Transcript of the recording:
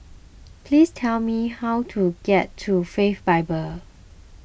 please tell me how to get to Faith Bible